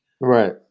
Right